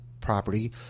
property